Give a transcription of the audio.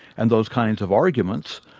and those kinds of arguments,